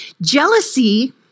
Jealousy